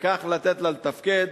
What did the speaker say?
וכך לתת לה לתפקד.